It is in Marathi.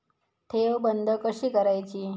ठेव बंद कशी करायची?